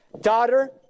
Daughter